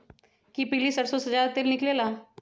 कि पीली सरसों से ज्यादा तेल निकले ला?